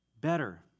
better